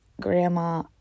Grandma